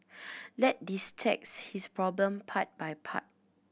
let's this problem part by part